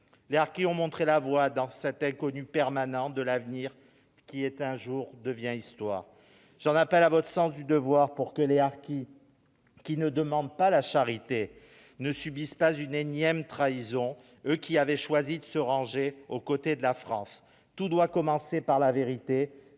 Les harkis ont montré la voie dans cet inconnu permanent de l'avenir qui, un jour, devient histoire. J'en appelle à votre sens du devoir pour que les harkis, qui ne demandent pas la charité, ne subissent pas une énième trahison, eux qui avaient choisi de se ranger du côté de la France. Tout doit commencer par la vérité